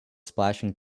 splashing